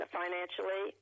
financially